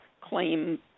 claim